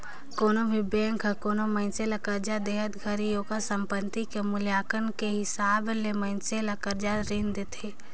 कोनो भी बेंक हर कोनो मइनसे ल करजा देहत घरी ओकर संपति के मूल्यांकन के हिसाब ले मइनसे ल करजा रीन देथे